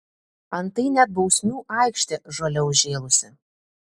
antai net bausmių aikštė žole užžėlusi